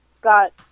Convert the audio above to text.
got